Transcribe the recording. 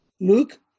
Luke